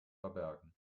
verbergen